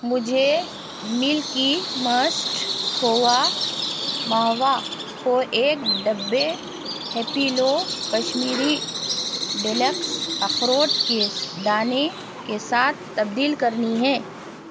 مجھے Milky Mist کھووا ماوا کو ایک ڈبے ہیپیلو کشمیری ڈیلکس اخروٹ کے دانے کے ساتھ تبدیل کرنی ہیں